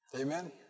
Amen